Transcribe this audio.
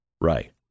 right